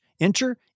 Enter